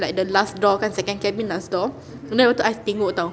like the last door kan second cabin last door then lepas tu I tengok [tau]